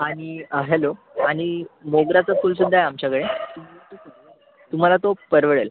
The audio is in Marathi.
आणि हॅलो आणि मोगऱ्याचं फुल सुद्धा आहे आमच्याकडे तुम्हाला तो परवडेल